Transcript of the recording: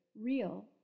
real